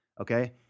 okay